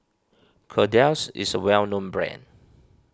Kordel's is a well known brand